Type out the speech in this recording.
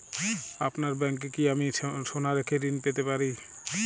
আপনার ব্যাংকে কি আমি সোনা রেখে ঋণ পেতে পারি?